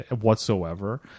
whatsoever